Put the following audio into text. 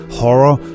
horror